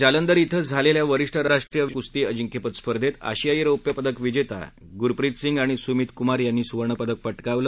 जालंदर ध्वें झालेल्या वरिष्ठ राष्ट्रीय कुस्ती अजिंक्यपद स्पर्धेत आशियाई रौप्य पदक विजेता गुरप्रित सिंग आणि सुमित कुमार यांनी सुवर्ण पदक पटाकवलं